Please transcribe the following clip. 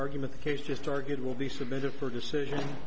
argument the case just argued will be submitted for decision